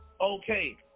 Okay